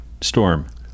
storm